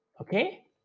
Okay